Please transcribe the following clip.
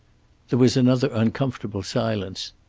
there was another uncomfortable silence.